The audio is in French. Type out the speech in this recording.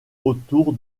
autour